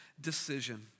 decision